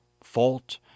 fault